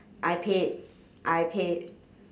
I paid I paid